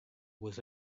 was